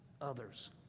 others